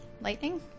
lightning